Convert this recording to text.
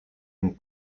une